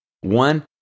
One